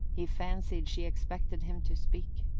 he fancied she expected him to speak.